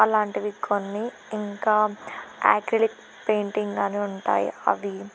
అలాంటివి కొన్ని ఇంకా ఆక్రిలిక్ పెయింటింగ్ అని ఉంటాయి అవి